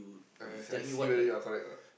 uh I see whether you are correct or not